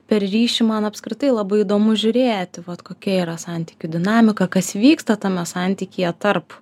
per ryšį man apskritai labai įdomu žiūrėti vat kokia yra santykių dinamika kas vyksta tame santykyje tarp